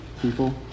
people